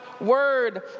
word